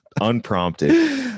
unprompted